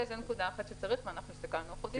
זו נקודה אחת שצריך ואנחנו הסתכלנו על חוזים,